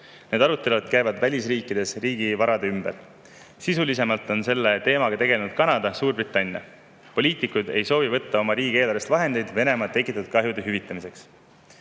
Välisriikides käivad arutelud riigivarade üle. Sisulisemalt on selle teemaga tegelenud Kanada ja Suurbritannia. Poliitikud ei soovi võtta oma riigieelarvest vahendeid Venemaa tekitatud kahjude hüvitamiseks.